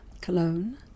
Cologne